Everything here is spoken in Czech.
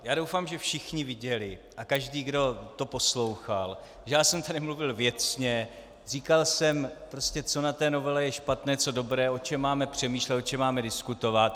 Já doufám, že všichni viděli, a každý, kdo to poslouchal, že jsem tady mluvil věcně, říkal jsem, co je na té novele špatné, co dobré, o čem máme přemýšlet, o čem máme diskutovat.